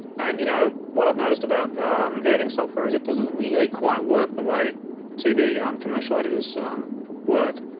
and you know what i've noticed about editing software is it doesn't really quite work the way tv um commercial editors work.